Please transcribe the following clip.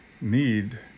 need